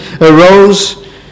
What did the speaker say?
arose